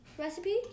recipe